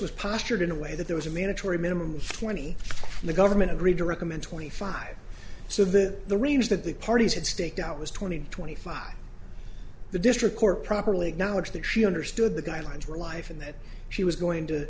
was pastored in a way that there was a mandatory minimum of twenty the government agreed to recommend twenty five so that the range that the parties had staked out was twenty twenty five the district court properly acknowledged that she understood the guidelines for life and that she was going to